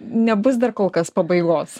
nebus dar kol kas pabaigos